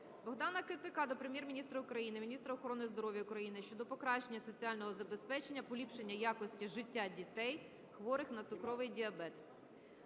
Богдана Кицака до Прем'єр-міністра України, міністра охорони здоров'я України щодо покращення соціального забезпечення, поліпшення якості життя дітей, хворих на цукровий діабет.